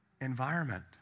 environment